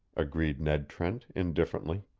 agreed ned trent, indifferently.